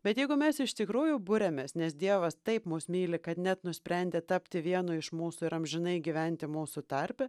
bet jeigu mes iš tikrųjų buriamės nes dievas taip mus myli kad net nusprendė tapti vienu iš mūsų ir amžinai gyventi mūsų tarpe